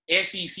SEC